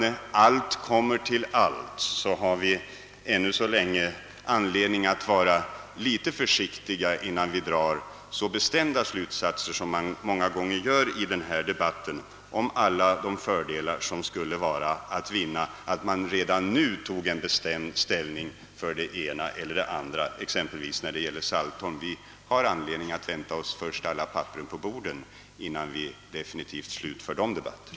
När allt kommer till kritan tror jag att vi ännu så länge har anledning att vara rätt försiktiga innan vi drar så bestämda slutsatser, som man många gånger gör i denna debatt, beträffande de fördelar som vore att vinna av att redan nu ta ställning för det ena eller andra alternativet, t.ex. Saltholm. Vi har anledning att först vänta till dess att alla papperen ligger på bordet.